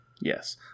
Yes